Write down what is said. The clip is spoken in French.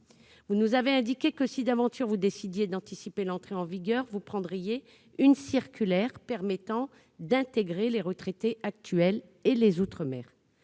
Vous nous avez indiqué que si, d'aventure, vous décidiez d'anticiper l'entrée en vigueur, vous prendriez une circulaire permettant d'intégrer les retraités actuels et les outre-mer.